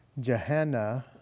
Jehanna